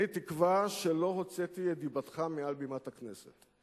אני תקווה שלא הוצאתי את דיבתך מעל בימת הכנסת,